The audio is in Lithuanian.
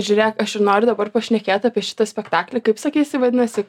žiūrėk aš ir noriu dabar pašnekėt apie šitą spektaklį kaip sakei jisai vadinasi